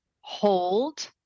hold